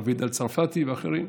עם הרב וידאל הצרפתי ואחרים.